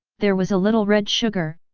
there was a little red sugar,